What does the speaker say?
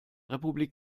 republik